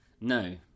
No